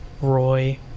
Roy